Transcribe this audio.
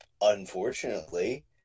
unfortunately